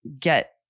get